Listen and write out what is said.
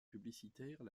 publicitaires